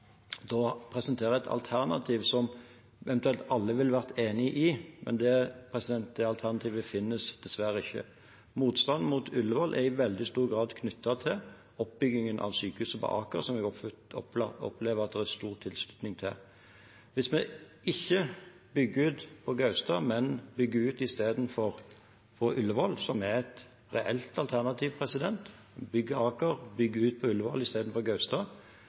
et alternativ som eventuelt alle ville være enig i. Det alternativet finnes dessverre ikke. Motstanden mot Ullevål er i veldig stor grad knyttet til oppbyggingen av sykehuset på Aker, som jeg opplever at det er stor tilslutning til. Hvis vi ikke bygger ut på Gaustad, men istedenfor bygger ut på Ullevål, som er et reelt alternativ – bygge Aker, bygge ut på Ullevål istedenfor på Gaustad